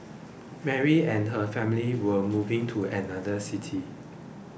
Mary and her family were moving to another city